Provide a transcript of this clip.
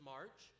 March